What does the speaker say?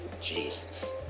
Jesus